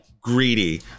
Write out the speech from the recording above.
greedy